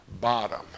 bottom